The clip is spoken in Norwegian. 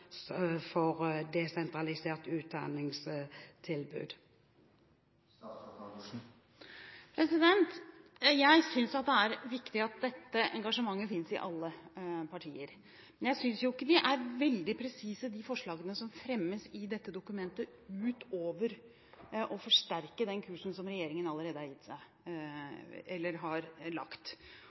Jeg synes det er viktig at dette engasjementet finnes i alle partier, men jeg synes ikke de forslagene som fremmes i dette dokumentet, er veldig presise ut over å forsterke den kursen som regjeringen allerede har lagt. Vi har